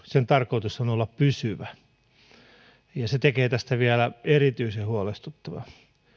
sen tarkoitus on olla pysyvä se tekee tästä vielä erityisen huolestuttavan